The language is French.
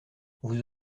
vous